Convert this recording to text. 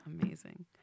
Amazing